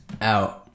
out